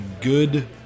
good